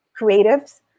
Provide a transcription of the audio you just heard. creatives